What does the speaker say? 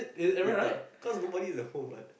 ya cause nobody is at home what